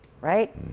right